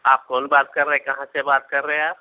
آپ کون بات کر رہے کہاں سے بات کر ہے ہیں آپ